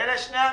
אלה שני המקרים.